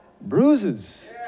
bruises